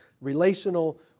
relational